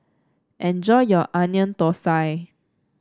enjoy your Onion Thosai